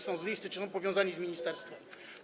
Są z listy czy są powiązani z ministerstwem.